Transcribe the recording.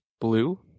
blue